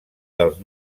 dels